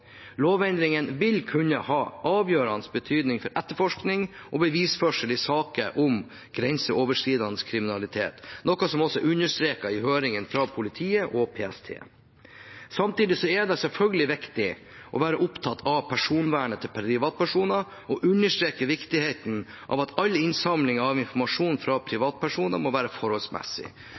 vil kunne ha avgjørende betydning for etterforskning og bevisførsel i saker om grenseoverskridende kriminalitet, noe som også ble understreket i høringene av politiet og PST. Samtidig er det selvfølgelig viktig å være opptatt av personvernet til privatpersoner og understreke viktigheten av at all innsamling av informasjon fra privatpersoner må være forholdsmessig.